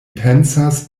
pensas